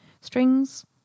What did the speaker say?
Strings